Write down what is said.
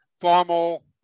formal